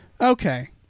Okay